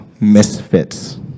misfits